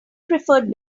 preferred